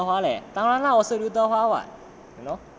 你头发像刘德华 leh 当然 lah 我是刘德华 leh